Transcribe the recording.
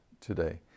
today